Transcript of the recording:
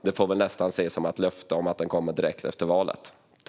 Det får väl nästan ses som ett löfte om att den kommer direkt efter valet.